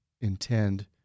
intend